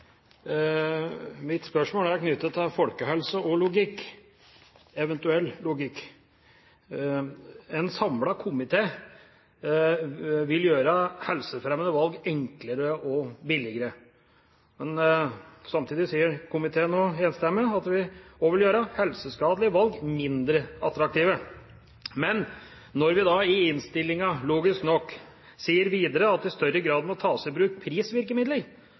Mitt spørsmål er knyttet til folkehelse og logikk – en eventuell logikk. En samlet komité vil gjøre helsefremmende valg enklere og billigere, men samtidig sier komiteen, enstemmig, at en også vil gjøre helseskadelige valg mindre attraktive. Men når vi i innstillinga logisk nok videre sier at det i større grad må tas i bruk prisvirkemidler,